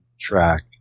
track